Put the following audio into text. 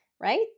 right